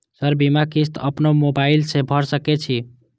Sir बीमा किस्त अपनो मोबाईल से भर सके छी?